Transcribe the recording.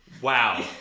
wow